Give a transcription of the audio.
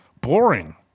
boring